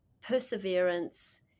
perseverance